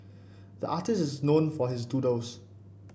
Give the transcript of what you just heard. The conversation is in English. the artist is known for his doodles